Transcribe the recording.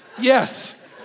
Yes